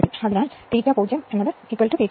അതിനാൽ ∅0 ∅1